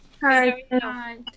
Hi